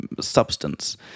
substance